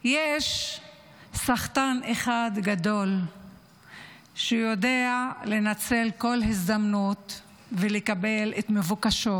יש סחטן אחד גדול שיודע לנצל כל הזדמנות ולקבל את מבוקשו?